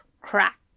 crack